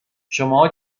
شماها